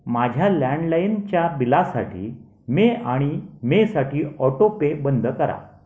माझ्या लँडलाईनच्या बिलासाठी मे आणि मेसाठी ऑटो पे बंद करा